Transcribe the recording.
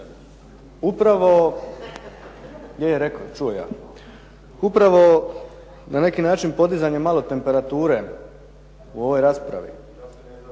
Upravo na neki način podizanje malo temperature u ovoj raspravi,